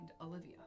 Olivia